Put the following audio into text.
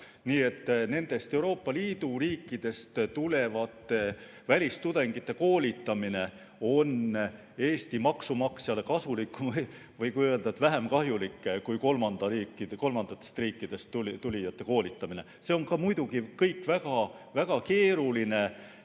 Nii et Euroopa Liidu riikidest tulevate välistudengite koolitamine on Eesti maksumaksjale kasulikum või õigem oleks öelda, vähem kahjulik kui kolmandatest riikidest tulijate koolitamine. See on muidugi kõik väga keeruline,